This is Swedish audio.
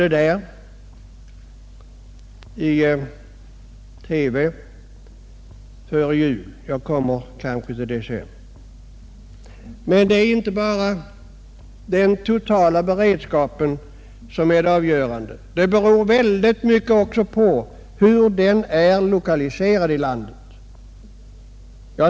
Den totala beredskapen är emellertid inte ensam avgörande. Mycket beror också på hur den är lokaliserad i landet.